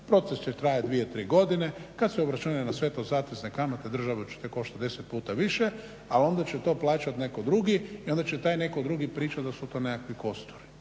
proces će trajati 2, 3 godine, kada se obračunaju na sve to zatezne kamate državu će to koštati 10 puta više ali onda će to plaćati netko drugi i onda će taj netko drugi pričati da su to nekakvi kosturi.